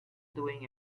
doing